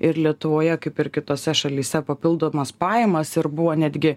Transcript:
ir lietuvoje kaip ir kitose šalyse papildomas pajamas ir buvo netgi